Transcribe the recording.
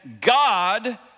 God